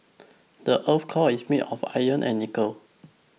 the earth's core is made of iron and nickel